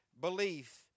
belief